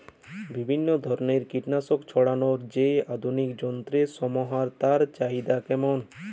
বিভিন্ন ধরনের কীটনাশক ছড়ানোর যে আধুনিক যন্ত্রের সমাহার তার চাহিদা কেমন?